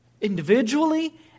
individually